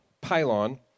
pylon